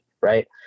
right